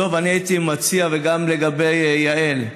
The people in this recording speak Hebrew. דב, הייתי מציע, וגם לגבי יעל,